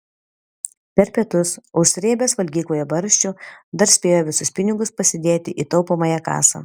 per pietus užsrėbęs valgykloje barščių dar spėjo visus pinigus pasidėti į taupomąją kasą